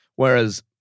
Whereas